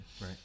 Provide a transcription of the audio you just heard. Right